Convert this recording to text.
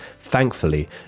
thankfully